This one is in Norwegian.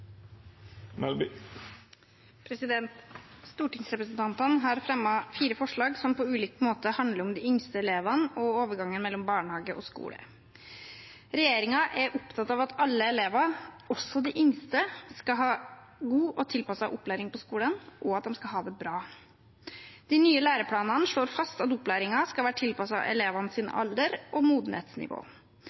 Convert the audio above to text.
Stortingsrepresentantene har fremmet fire forslag som på ulik måte handler om de yngste elevene og overgangen mellom barnehage og skole. Regjeringen er opptatt av at alle elever, også de yngste, skal ha god og tilpasset opplæring på skolen, og at de skal ha det bra. De nye læreplanene slår fast at opplæringen skal være tilpasset elevenes alder og modenhetsnivå.